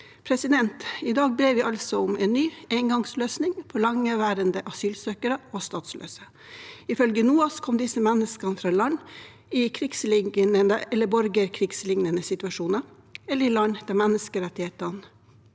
stilling.» I dag ber vi altså om en ny engangsløsning for lengeværende asylsøkere og statsløse. Ifølge NOAS kommer disse menneskene fra land i krigslignende/borgerkrigslignende situasjoner eller land der menneskerettighetene